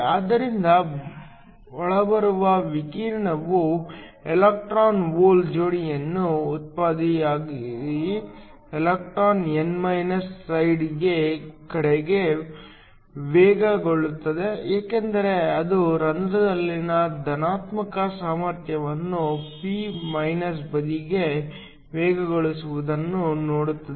ಆದ್ದರಿಂದ ಒಳಬರುವ ವಿಕಿರಣವು ಎಲೆಕ್ಟ್ರಾನ್ ಹೋಲ್ ಜೋಡಿಯನ್ನು ಉತ್ಪಾದಿಸಿದಾಗ ಎಲೆಕ್ಟ್ರಾನ್ n ಸೈಡ್ ಕಡೆಗೆ ವೇಗಗೊಳ್ಳುತ್ತದೆ ಏಕೆಂದರೆ ಅದು ರಂಧ್ರದಲ್ಲಿನ ಧನಾತ್ಮಕ ಸಾಮರ್ಥ್ಯವನ್ನು p ಬದಿಗೆ ವೇಗಗೊಳಿಸುವುದನ್ನು ನೋಡುತ್ತದೆ